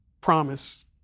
promise